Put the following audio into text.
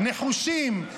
נחושים,